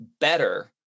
better